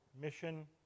mission